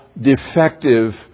defective